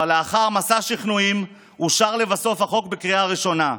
אבל לאחר מסע שכנועים אושר לבסוף החוק בקריאה הראשונה,